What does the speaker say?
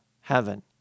heaven